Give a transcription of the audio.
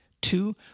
Two